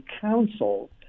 council